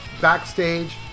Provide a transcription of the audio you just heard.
backstage